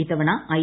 ഇത്തവണ ഐ